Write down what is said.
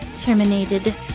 Terminated